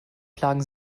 plagen